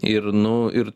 ir nu ir